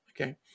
Okay